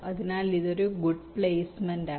അതിനാൽ ഇത് ഒരു ഗുഡ്പ്ലേസ്മെന്റാണ്